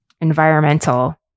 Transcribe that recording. environmental